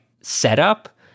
setup